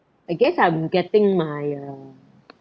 I guess I'm getting my uh